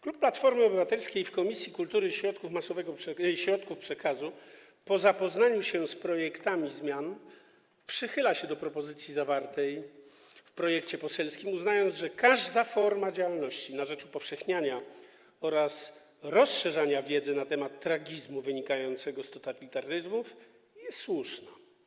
Klub Platformy Obywatelskiej w Komisji Kultury i Środków Przekazu po zapoznaniu się z projektami zmian przychyla się do propozycji zawartej w projekcie poselskim, uznając, że każda forma działalności na rzecz upowszechniania oraz rozszerzania wiedzy na temat tragizmu wynikającego z totalitaryzmów jest słuszna.